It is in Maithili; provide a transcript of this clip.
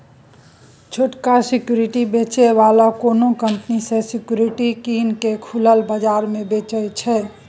छोटका सिक्युरिटी बेचै बला कोनो कंपनी सँ सिक्युरिटी कीन केँ खुलल बजार मे बेचय छै